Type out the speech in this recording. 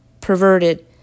perverted